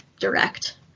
direct